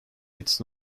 its